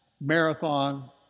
marathon